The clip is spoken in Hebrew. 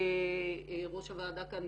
שראש הוועדה כאן